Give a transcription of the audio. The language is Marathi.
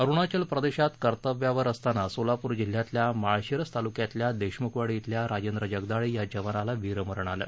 अरूणाचल प्रदेशात कर्तव्यावर असताना सोलापुर जिल्ह्यातल्या माळशिरस तालुक्यातल्या देशमुखवाडी छिल्या राजेंद्र जगदाळे या जवानाला वीरमरण आलं